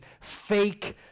fake